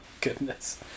Goodness